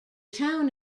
town